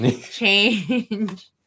change